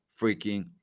freaking